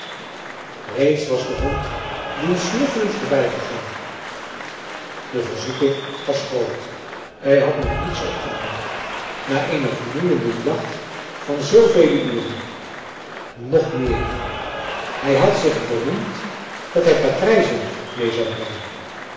reeds was de hond dien snuffelend voorbij gegaan de verzoeking was groot hij had nog niets opgedaan na eene vermoeiende jacht van zoovele uren nog meer hij had zich beroemd dat hij patrijzen mee zou brengen